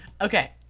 Okay